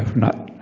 not